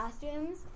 costumes